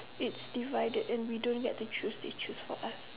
it's divided and we don't get to choose they choose for us